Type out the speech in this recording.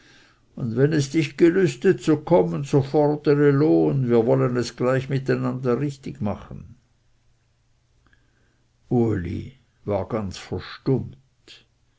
und wenn es dich gelüstet zu kommen so fordere lohn wir wollen es gleich miteinander richtig machen uli war ganz